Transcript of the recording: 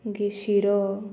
मागीर शिरो